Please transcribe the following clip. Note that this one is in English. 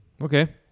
Okay